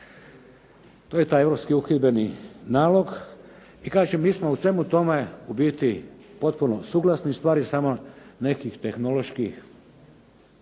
To je taj europski uhidbeni nalog i kažem mi smo u svemu tome u biti potpuno suglasni, stvar je samo nekih tehnoloških